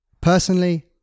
Personally